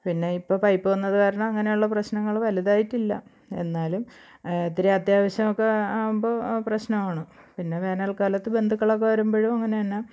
പിന്നെ ഇപ്പം പൈപ്പ് വന്നത് കാരണം അങ്ങനെയുള്ള പ്രശ്നങ്ങൾ വലുതായിട്ട്ല്ല എന്നാലും ഇത്തിരി അത്യാവശ്യം ഒക്കെ ആവുമ്പോൾ പ്രശ്നമാണ് പിന്നെ വേനല്ക്കാലത്ത് ബന്ധുക്കളൊക്കെ വരുമ്പോഴും അങ്ങനെ തന്നെ